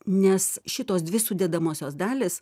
nes šitos dvi sudedamosios dalys